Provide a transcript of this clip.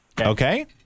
okay